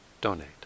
donate